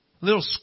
Little